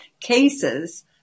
cases